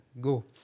Go